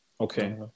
Okay